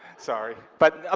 sorry. but, ah